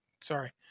sorry